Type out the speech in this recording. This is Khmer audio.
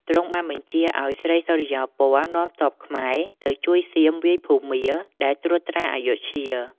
ទ្រង់បានបញ្ជាឱ្យស្រីសុរិយោពណ៌នាំទ័ពខ្មែរទៅជួយសៀមវាយភូមាដែលត្រួតត្រាអយុធ្យា។